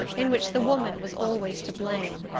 in which the woman was always to blame,